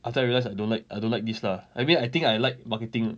after I realize I don't like I don't like this lah I mean I think I like marketing